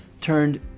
turned